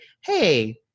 Hey